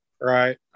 right